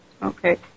Okay